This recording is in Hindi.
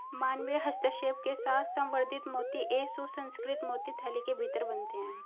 मानवीय हस्तक्षेप के साथ संवर्धित मोती एक सुसंस्कृत मोती थैली के भीतर बनते हैं